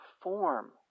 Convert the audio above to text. form